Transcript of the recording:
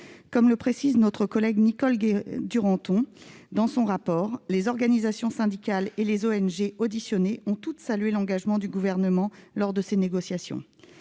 Comme le précise notre collègue Nicole Duranton dans son rapport, les organisations syndicales et les ONG auditionnées ont toutes salué l'engagement du Gouvernement lors de ces négociations.